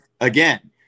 again